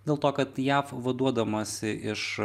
dėl to kad jav vaduodamasi iš